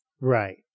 Right